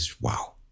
Wow